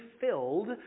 filled